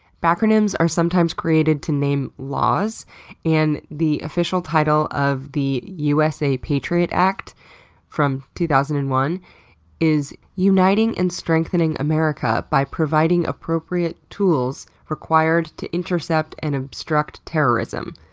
backronyms are sometimes created to name laws and the official title of the usa patriot act from two thousand and one is uniting and strengthening america by providing appropriate tools required to intercept and obstruct terrorism.